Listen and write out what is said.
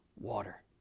water